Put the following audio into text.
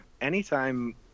anytime